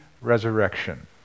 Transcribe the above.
resurrection